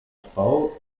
frau